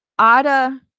Ada